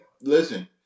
Listen